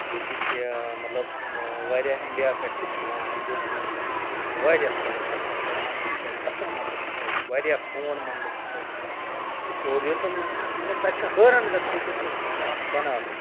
ییٚتِک مَطلَب واریاہ مَطلَب اِنڈیا پٮ۪ٹھ تہِ چھِ یِوان ہِندواِزمُک چھِ واریاہ تور گَژھان کیازِ مَندَر چھُ تَتہِ اَصل مَندَر چھُ تَتہِ واریاہ پرون مَندَر چھُ تَتہِ سُہ اور یوٚتَن مَطلَب تَتہِ چھُ حٲران گَژھان یہٕ کِتھ پٲٹھۍ چھُ مَندَر آمُت بَناونہٕ